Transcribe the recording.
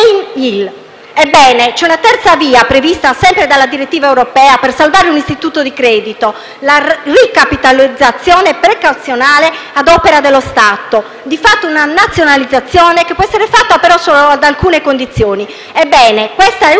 in*. C'è una terza via, prevista sempre dalla direttiva europea, per salvare un istituto di credito: la ricapitalizzazione precauzionale ad opera dello Stato; di fatto una nazionalizzazione, che può essere fatta però solo ad alcune condizioni. Ebbene, questa è